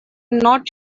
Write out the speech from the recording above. not